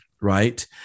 right